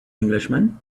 englishman